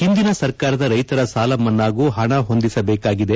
ಹಿಂದಿನ ಸರ್ಕಾರದ ರೈತರ ಸಾಲ ಮನ್ನಾಗೂ ಹಣ ಹೊಂದಿಸಬೇಕಾಗಿದೆ